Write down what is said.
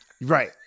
Right